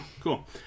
cool